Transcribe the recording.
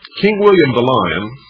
king william the lion,